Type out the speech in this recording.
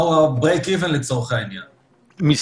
משרד הבריאות צריך להפעיל את מיטב הכרתו ולהגיד: 50 מיליון שקל זה בסדר.